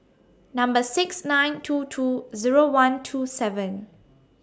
Number six nine two two Zero one two seven